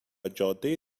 جاده